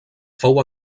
fou